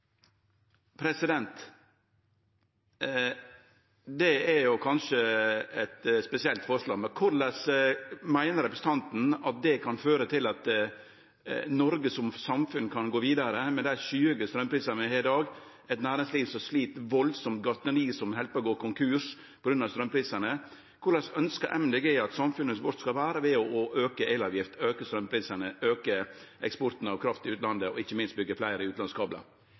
Det er kanskje eit spesielt forslag, men korleis meiner representanten at det kan føre til at Noreg som samfunn kan gå vidare – med dei skyhøge straumprisane vi har i dag, eit næringsliv som slit veldig, og gartneri som held på å gå konkurs på grunn av straumprisane. Korleis ønskjer Miljøpartiet Dei Grøne at samfunnet vårt skal vere ved å auke elavgifta, auke straumprisane, auke eksporten av kraft til utlandet og ikkje minst byggje fleire